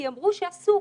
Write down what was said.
כי אמרו שאסור,